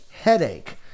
headache